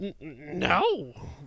No